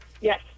Yes